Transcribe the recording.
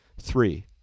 Three